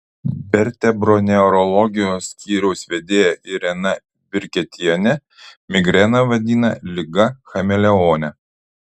vertebroneurologijos skyriaus vedėja irena virketienė migreną vadina liga chameleone